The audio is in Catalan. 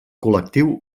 col·lectiu